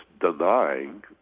denying